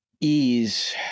ease